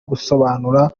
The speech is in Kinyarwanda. gusobanura